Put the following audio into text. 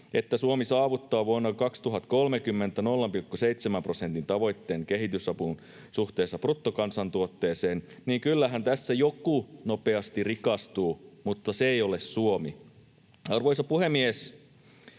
että Suomi saavuttaa 0,7 prosentin tavoitteen kehitysavussa suhteessa bruttokansantuotteeseen vuonna 2030, niin kyllähän tässä joku nopeasti rikastuu, mutta se ei ole Suomi. Arvoisa puhemies!